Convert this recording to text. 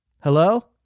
Hello